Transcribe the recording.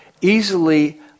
easily